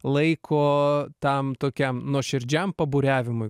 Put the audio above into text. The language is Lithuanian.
laiko tam tokiam nuoširdžiam paburiavimui